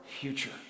future